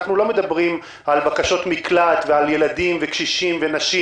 אנחנו לא מדברים על בקשות מקלט ועל ילדים וקשישים ונשים.